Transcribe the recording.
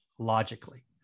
logically